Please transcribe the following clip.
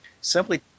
simply